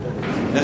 שואל.